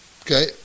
okay